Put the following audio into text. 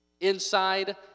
Inside